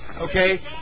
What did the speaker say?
Okay